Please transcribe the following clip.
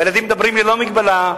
הילדים מדברים ללא מגבלה,